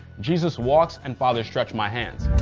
jesus walks, and father stretch my hands.